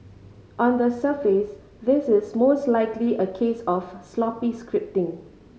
on the surface this is most likely a case of sloppy scripting